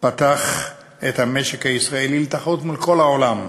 פתח את המשק הישראלי לתחרות מול כל העולם,